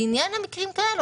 לעניין המקרים האלה,